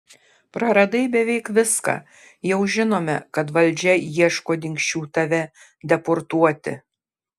praradai beveik viską jau žinome kad valdžia ieško dingsčių tave deportuoti